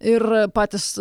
ir patys